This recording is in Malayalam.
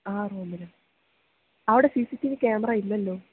ആ റൂമിലാണ് അവിടെ C C T V camera ഇല്ലല്ലോ